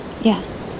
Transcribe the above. Yes